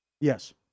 Yes